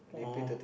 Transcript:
oh